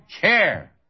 care